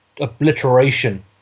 obliteration